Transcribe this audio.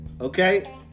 Okay